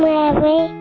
Mary